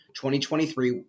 2023